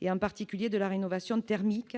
et en particulier de la rénovation thermique